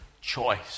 choice